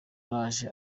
araje